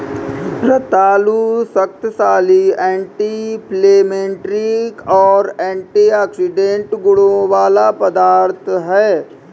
रतालू शक्तिशाली anti inflammatory और एंटीऑक्सीडेंट गुणों वाला पदार्थ है